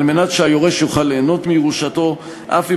על מנת שהיורש יוכל ליהנות מירושתו אף אם